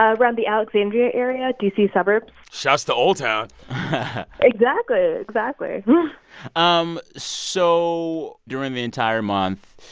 around the alexandria area, d c. suburbs shoutouts to oldtown exactly, ah exactly um so during the entire month,